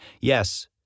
Yes